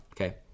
okay